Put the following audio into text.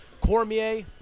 Cormier